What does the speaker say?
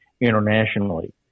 internationally